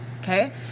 Okay